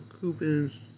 Coupons